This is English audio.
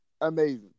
amazing